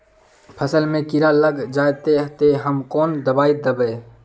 फसल में कीड़ा लग जाए ते, ते हम कौन दबाई दबे?